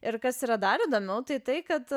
ir kas yra dar įdomiau tai tai kad